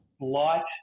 Light